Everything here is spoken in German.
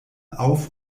auf